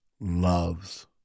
loves